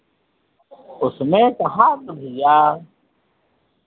उसमें कहाँ तो भैया